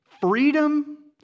freedom